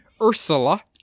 Ursula